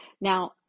Now